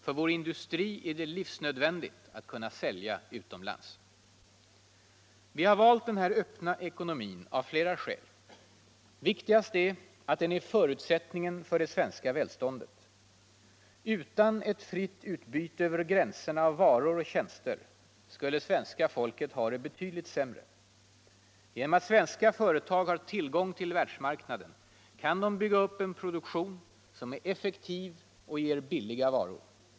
För vår industri är det livsnödvändigt att kunna sälja utomlands. Vi har valt denna öppna ekonomi av flera skäl. Viktigast är att den är förutsättningen för det svenska välståndet. Utan ett fritt utbyte över gränserna av varor och tjänster skulle svenska folket ha det betydligt sämre. Genom att svenska företag har tillgång till världsmarknaden kan de bygga upp en produktion som är effektiv och ger billiga varor.